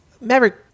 Maverick